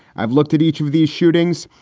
i've looked at each of these shootings.